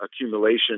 accumulation